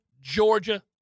Georgia